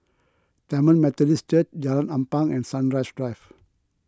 Tamil Methodist Church Jalan Ampang and Sunrise Drive